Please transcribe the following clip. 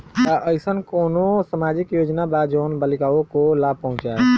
का अइसन कोनो सामाजिक योजना बा जोन बालिकाओं को लाभ पहुँचाए?